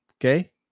Okay